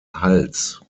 hals